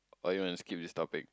or you want to skip this topic